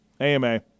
AMA